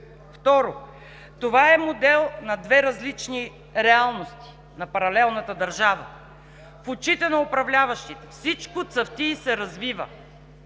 Второ, това е модел на две различни реалности на паралелната държава. В очите на управляващите всичко цъфти и се развива